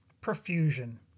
profusion